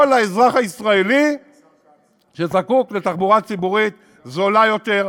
או לאזרח הישראלי שזקוק לתחבורה ציבורית זולה יותר,